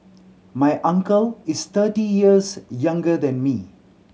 my uncle is thirty years younger than me